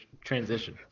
transition